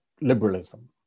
liberalism